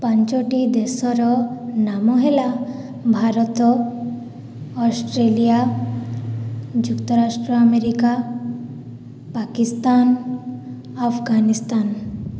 ପାଞ୍ଚଟି ଦେଶର ନାମ ହେଲା ଭାରତ ଅଷ୍ଟ୍ରେଲିଆ ଯୁକ୍ତରାଷ୍ଟ୍ର ଆମେରିକା ପାକିସ୍ତାନ ଆଫଗାନିସ୍ତାନ